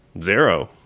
zero